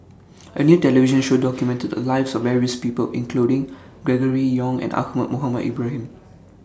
A New television Show documented The Lives of various People including Gregory Yong and Ahmad Mohamed Ibrahim